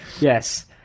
Yes